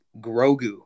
Grogu